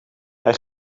hij